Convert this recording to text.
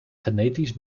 genetisch